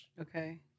Okay